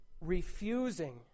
refusing